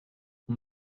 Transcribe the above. aan